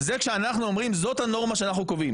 וזה כשאנחנו אומרים: זאת הנורמה שאנחנו קובעים.